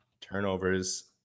turnovers